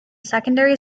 secondary